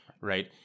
right